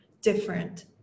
different